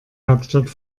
hauptstadt